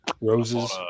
Roses